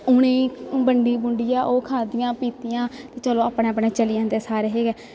उ'नेंगी बंडी बुंडियै ओह् खाद्धियां पीतियां चलो अपने अपने चली जंदे सारे गै